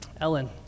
Ellen